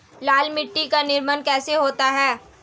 लाल मिट्टी का निर्माण कैसे होता है?